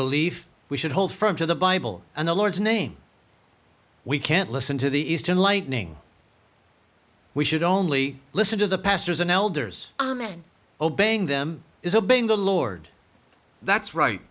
believe we should hold firm to the bible and the lord's name we can't listen to the eastern lightning we should only listen to the pastors and elders obeying them is obeying the lord that's right